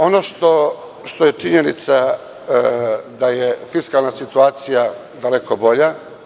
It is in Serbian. Ono što je činjenica je da je fiskalna situacija daleko bolja.